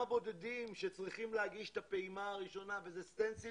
בודדים שצריכים להגיש את הפעימה הראשונה וזה סטנסיל